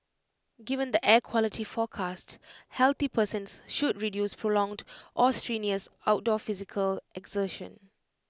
given the air quality forecast healthy persons should reduce prolonged or strenuous outdoor physical exertion